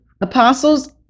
apostles